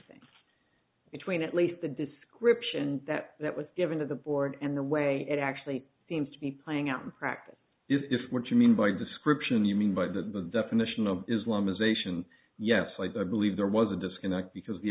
things between at least the description that that was given to the board and the way it actually seems to be playing out in practice if what you mean by description you mean by the definition of islamization yes i believe there was a disconnect because the